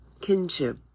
kinship